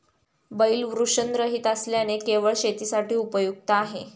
बैल वृषणरहित असल्याने केवळ शेतीसाठी उपयुक्त आहे